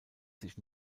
sich